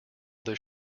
this